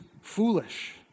foolish